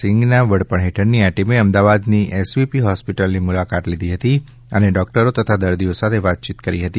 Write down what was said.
સિંઘ ના વડપણ હેઠળની આ ટીમે અમદાવાદની એસવીપી હોસ્પિટલની મુલાકાત લીધી હતી અને ડોક્ટરો તથા દર્દીઓ સાથે વાતચીત કરી હતી